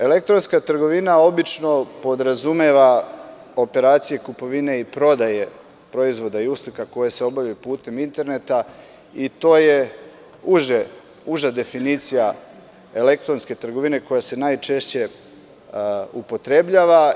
Elektronska trgovina obično podrazumeva operacije, kupovine i prodaje proizvoda i usluga koje se obavljaju putem interneta i to je uža definicija elektronske trgovine koja se najčešće upotrebljava.